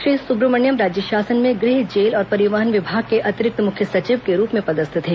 श्री सुब्रमण्यम राज्य शासन में गृह जेल और परिवहन विभाग के अतिरिक्त मुख्य सचिव के रूप में पदस्थ थे